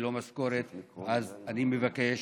אז אני מבקש